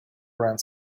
around